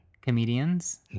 comedians